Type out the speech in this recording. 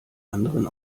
anderen